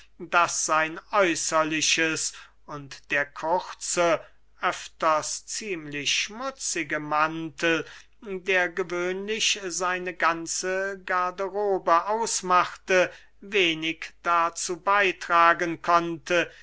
daß sein äußerliches und der kurze öfters ziemlich schmutzige mantel der gewöhnlich seine ganze garderobe ausmachte wenig dazu beytragen konnte